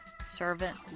servant